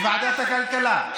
בוועדת הכלכלה,